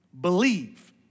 believe